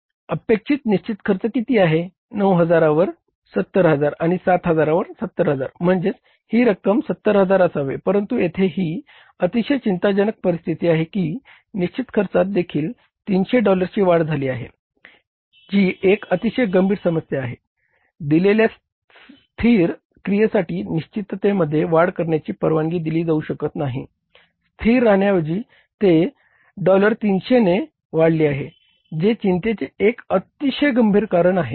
अपेक्षित निश्चित खर्च किती आहे 9000 वर 70000 आहे 7000 वर 70000 म्हणजेच ही रक्कम 70000 असावे परंतु येथे ही अतिशय चिंताजनक परिस्थिती आहे की निश्चित खर्चात देखील 300 डॉलरची वाढ झाली आहे जी एक अतिशय गंभीर समस्या आहे दिलेल्या स्थिर क्रियेसाठी निश्चिततेमध्ये वाढ करण्याची परवानगी दिली जाऊ शकत नाही स्थिर राहिण्याऐवजी ते 300 ने वाढली आहे जे चिंतेचे एक अतिशय गंभीर कारण आहे